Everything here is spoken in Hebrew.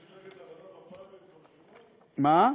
מפלגת העבודה, מה?